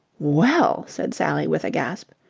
well! said sally with a gasp.